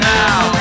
now